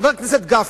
חבר הכנסת גפני,